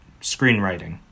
screenwriting